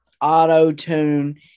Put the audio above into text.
auto-tune